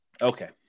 Okay